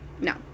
No